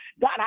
God